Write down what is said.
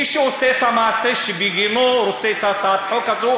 מי שעושה את המעשה שבגינו את רוצה את הצעת החוק הזאת